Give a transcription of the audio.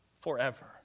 forever